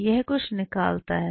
यह कुछ निकलता है